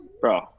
bro